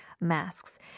masks